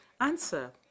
answer